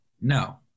No